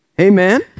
Amen